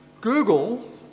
Google